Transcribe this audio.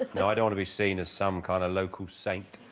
now i don't be seen as some kind of local saint